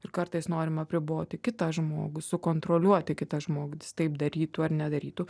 ir kartais norim apriboti kitą žmogų sukontroliuoti kitą žmogų kad jis taip darytų ar nedarytų